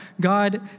God